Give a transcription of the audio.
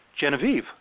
Genevieve